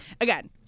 again